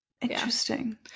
Interesting